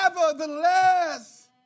nevertheless